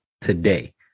today